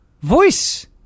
voice